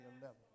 level